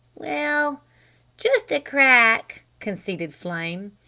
well just a crack, conceded flame.